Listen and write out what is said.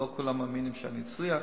ולא כולם מאמינים שאני אצליח,